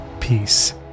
peace